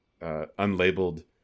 unlabeled